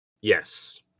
Yes